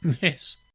Yes